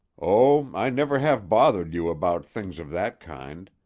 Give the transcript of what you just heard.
oh, i never have bothered you about things of that kind.